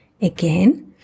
Again